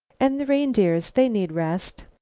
and the reindeers, they need rest.